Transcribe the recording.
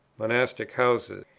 monastic houses,